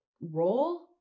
role